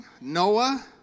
Noah